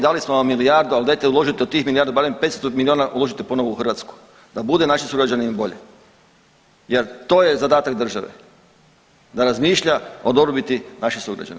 Dali smo vam milijardu, ali dajte uložite od tih milijardu barem 500 miliona uložite ponovo u Hrvatsku da bude našim sugrađanima bolje jer to je zadatak države, da razmišlja o dobrobiti naših sugrađana.